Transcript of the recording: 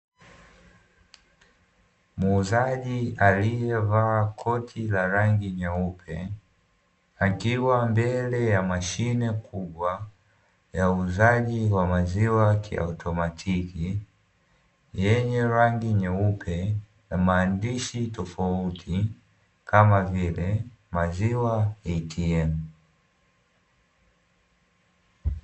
Muuzaji aliyevaa koti la rangi nyeupe, akiwa mbele ya mashine kubwa ya uuzaji wa maziwa kiautomatiki yenye rangi nyeupe na maandishi tofauti kama vile "maziwa ATM".